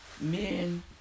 Men